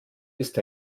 ist